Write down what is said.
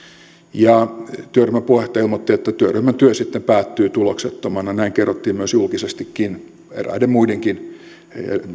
työryhmän puheenjohtaja ilmoitti että työryhmän työ päättyy tuloksettomana näin kerrottiin julkisestikin eräiden muidenkin